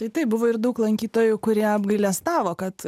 tai buvo ir daug lankytojų kurie apgailestavo kad